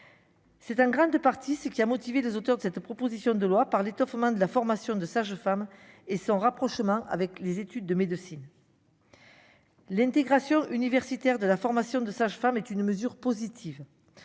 c'est en grande partie, ce qui a motivé les auteurs de cette proposition de loi par l'étouffement de la formation de sages-femmes et son rapprochement avec les études de médecine. L'intégration universitaire de la formation de sages-femmes est une mesure positive